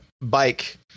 bike